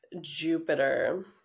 Jupiter